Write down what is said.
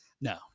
No